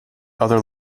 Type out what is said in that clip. other